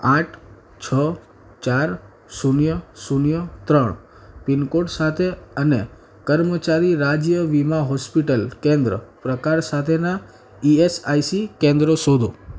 આઠ છ ચાર શૂન્ય શૂન્ય ત્રણ પિનકોડ સાથે અને કર્મચારી રાજ્ય વીમા હોસ્પિટલ કેન્દ્ર પ્રકાર સાથેનાં ઇએસઆઇસી કેન્દ્રો શોધો